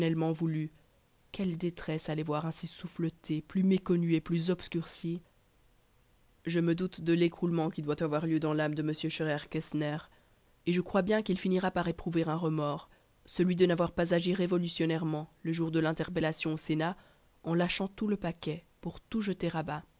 voulues quelle détresse à les voir ainsi souffletées plus méconnues et plus obscurcies je me doute de l'écroulement qui doit avoir lieu dans l'âme de m scheurer kestner et je crois bien qu'il finira par éprouver un remords celui de n'avoir pas agi révolutionnairement le jour de l'interpellation au sénat en lâchant tout le paquet pour tout jeter